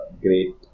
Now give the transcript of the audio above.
great